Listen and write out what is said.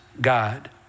God